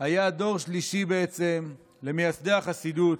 היה דור שלישי בעצם למייסדי החסידות,